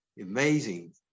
Amazing